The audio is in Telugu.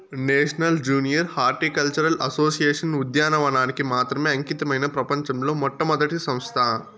నేషనల్ జూనియర్ హార్టికల్చరల్ అసోసియేషన్ ఉద్యానవనానికి మాత్రమే అంకితమైన ప్రపంచంలో మొట్టమొదటి సంస్థ